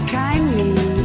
kindly